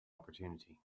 opportunity